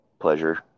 pleasure